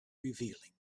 revealing